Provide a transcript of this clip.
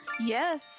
Yes